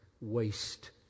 waste